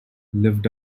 lived